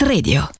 Radio